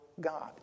God